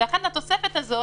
ולכן התוספת הזאת